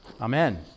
Amen